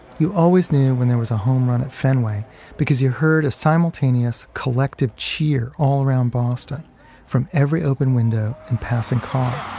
you always knew when there was a home run at fenway because you heard a simultaneous collective cheer all around boston from every open window and passing car